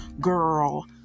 girl